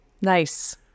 Nice